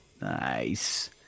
Nice